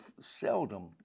seldom